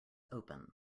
open